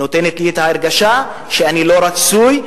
נותנת לי את ההרגשה שאני לא רצוי,